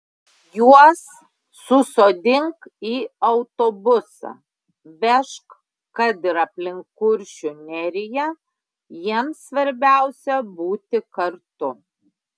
juos susodink į autobusą vežk kad ir aplink kuršių neriją jiems svarbiausia būti kartu